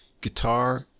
guitar